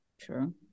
True